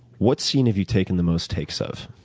what scene have you taken the most takes of,